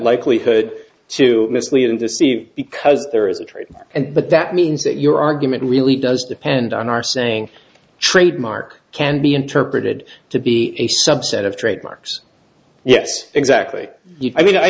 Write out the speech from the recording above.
likelihood to mislead and deceive because there is a trade and but that means that your argument really does depend on are saying trademark can be interpreted to be a subset of trademarks yes exactly i mean i